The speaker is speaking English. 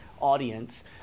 audience